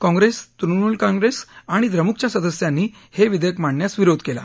काँग्रेस तृणमूल काँग्रेस आणि द्रमुकच्या सदस्यांनी हे विधेयक मांडण्यास विरोध केला